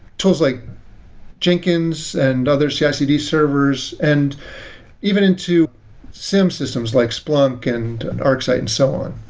tools like jenkins and other cicd servers and even into siem systems, like splunk and arcsight and so on.